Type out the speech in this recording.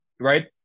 right